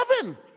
heaven